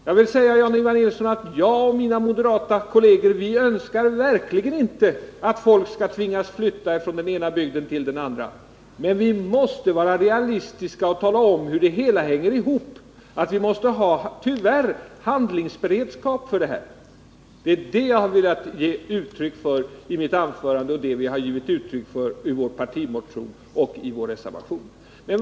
Jag och mina moderata kolleger önskar verkligen inte, Jan-Ivan Nilsson, att folk skall tvingas flytta från den ena bygden till den andra. Men vi måste vara realistiska och tala om hur det hela hänger ihop. Vi måste skapa handlingsberedskap. Det är det som jag försökte ge uttryck för i mitt anförande på samma sätt som vi har gjort i vår partimotion och reservation.